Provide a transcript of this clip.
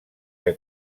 que